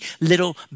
little